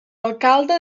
alcalde